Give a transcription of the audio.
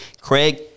Craig